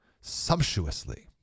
sumptuously